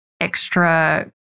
extra